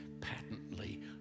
patently